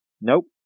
Nope